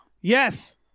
Yes